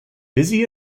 busy